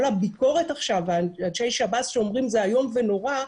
כל הביקורת עכשיו על אנשי שב"ס שאומרים זה איום ונורא,